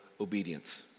obedience